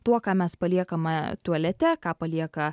tuo ką mes paliekame tualete ką palieka